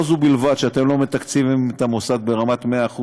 לא זו בלבד שאתם לא מתקצבים את המוסד ברמת 100%,